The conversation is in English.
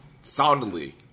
soundly